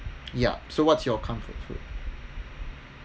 ya so what's your comfort food